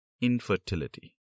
infertility